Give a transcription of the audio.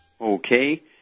Okay